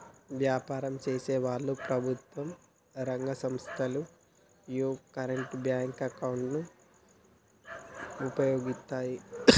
వ్యాపారం చేసేవాళ్ళు, ప్రభుత్వం రంగ సంస్ధలు యీ కరెంట్ బ్యేంకు అకౌంట్ ను వుపయోగిత్తాయి